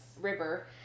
river